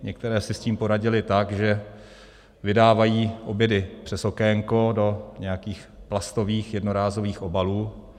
Některé si s tím poradily tak, že vydávají obědy přes okénko do nějakých plastových jednorázových obalů.